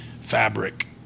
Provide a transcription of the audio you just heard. fabric